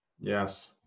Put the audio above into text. Yes